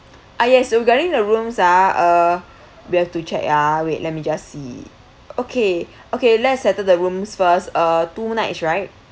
ah yes regarding the rooms ah uh we have to check a'ah wait let me just see okay okay let's enter the rooms first uh two nights right